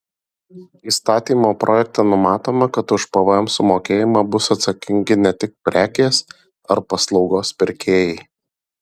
įstatymo projekte numatoma kad už pvm sumokėjimą bus atsakingi ne tik prekės ar paslaugos pirkėjai